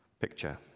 picture